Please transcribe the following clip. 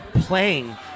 playing